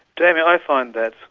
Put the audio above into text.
damien, i find that,